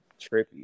trippy